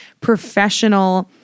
professional